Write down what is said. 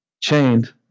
chained